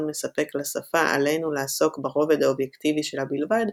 מספק לשפה עלינו לעסוק ברובד האובייקטיבי שלה בלבד,